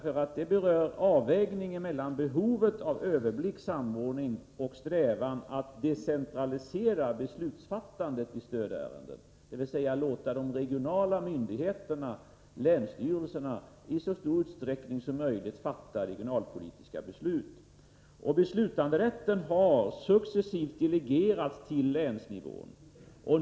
Frågan gäller avvägningen mellan behovet av överblick och samordning och strävan att decentralisera beslutsfattandet i stödärenden, dvs. låta de regionala myndigheterna, länsstyrelserna, i så stor utsträckning som möjligt fatta regionalpolitiska beslut. Beslutanderätten har successivt delegerats till länsnivån.